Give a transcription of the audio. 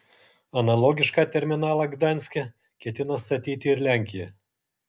analogišką terminalą gdanske ketina statyti ir lenkija